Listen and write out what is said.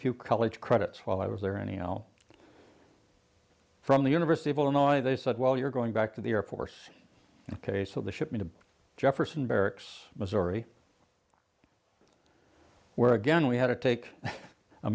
few college credits while i was there any ol from the university of illinois they said well you're going back to the air force ok so the shipment to jefferson barracks missouri where again we had to take